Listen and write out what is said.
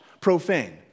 profane